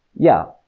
yeah,